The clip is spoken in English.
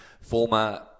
former